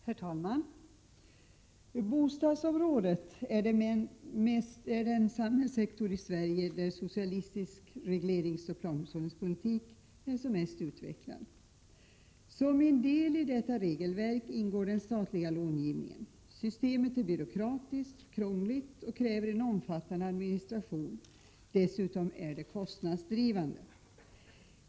Herr talman! Bostadssektorn är den samhällssektor i Sverige där socialistisk regleringsoch planhushållningspolitik är som mest utvecklad. Som en del i detta regelverk ingår den statliga långivningen. Systemet är byråkratiskt, krångligt och kräver en omfattande administration. Dessutom är det kostnadsdrivande.